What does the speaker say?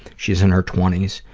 she's in her twenty s.